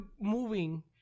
moving